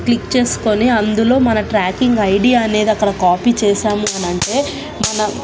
click చేసుకొని అందులో మన ట్రాకింగ్ ఐడి అనేది అక్కడ కాపీ చేసాము అని అంటే మన